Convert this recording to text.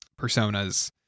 personas